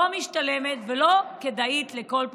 לא משתלמת ולא כדאית לכל פוליטיקאי.